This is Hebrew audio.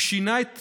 הוא שינה את